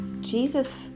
Jesus